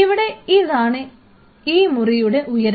ഇവിടെ ഇതാണ് ഈ മുറിയുടെ ഉയരം